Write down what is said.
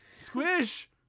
Squish